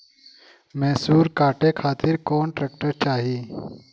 मैसूर काटे खातिर कौन ट्रैक्टर चाहीं?